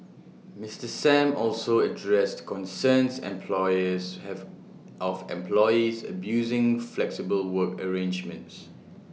Mister Sam also addressed concerns employers have of employees abusing flexible work arrangements